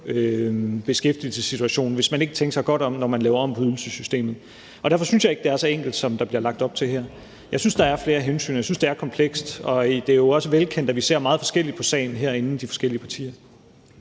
beskæftigelsessituationen, hvis man ikke tænker sig godt om, når man laver om på ydelsessystemet. Og derfor synes jeg ikke, at det er så enkelt, som der bliver lagt op til her. Jeg synes, at der er flere hensyn, og jeg synes, at det er komplekst. Det er jo også velkendt, at de forskellige partier herinde ser meget forskelligt på sagen.